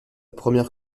première